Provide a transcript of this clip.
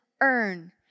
Earn